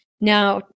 Now